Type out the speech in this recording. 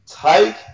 take